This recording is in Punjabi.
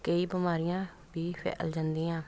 ਕਈ ਬਿਮਾਰੀਆਂ ਵੀ ਫੈਲ ਜਾਂਦੀਆਂ